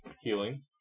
healing